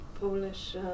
Polish